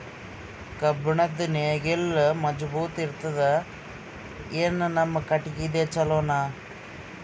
ಕಬ್ಬುಣದ್ ನೇಗಿಲ್ ಮಜಬೂತ ಇರತದಾ, ಏನ ನಮ್ಮ ಕಟಗಿದೇ ಚಲೋನಾ?